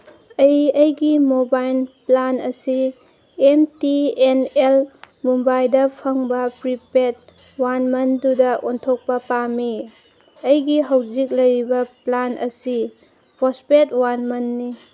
ꯑꯩ ꯑꯩꯒꯤ mobile plan ꯑꯁꯤ ꯑꯦꯝ ꯇꯤ ꯑꯦꯟ ꯑꯦꯜ ꯃꯨꯝꯕꯥꯏꯗ ꯐꯪꯕ ꯄ꯭ꯔꯤꯄꯦꯠ ꯋꯥꯟ ꯃꯟꯗꯨꯗ ꯑꯣꯟꯊꯣꯛꯄ ꯄꯥꯝꯃꯤ ꯑꯩꯒꯤ ꯍꯧꯖꯤꯛ ꯂꯩꯔꯤꯕ ꯄ꯭ꯂꯥꯟ ꯑꯁꯤ ꯄꯣꯁꯄꯦꯠ ꯋꯥꯟ ꯃꯟꯅꯤ